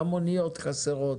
גם מוניות חסרות.